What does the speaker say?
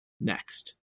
next